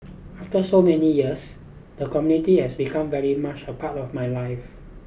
after so many years the community has become very much a part of my life